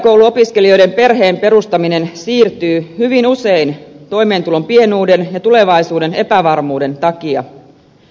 korkeakouluopiskelijoiden perheen perustaminen siirtyy hyvin usein toimeentulon pienuuden ja tulevaisuuden epävarmuuden takia